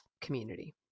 community